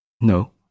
No